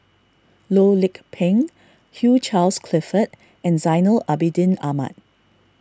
Loh Lik Peng Hugh Charles Clifford and Zainal Abidin Ahmad